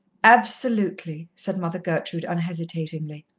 absolutely, said mother gertrude unhesitatingly.